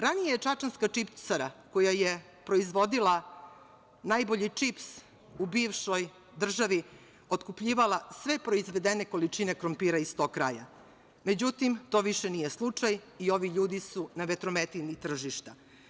Ranije je čačanska čipsara koja je proizvodila najbolji čips u bivšoj državi otkupljivala sve proizvedene količine krompira iz tog kraja, međutim, to više nije slučaj i ovi ljudi su na vetrometini tržišta.